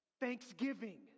thanksgiving